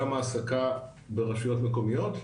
גם העסקה ברשויות מקומיות,